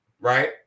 right